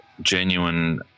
genuine